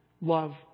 Love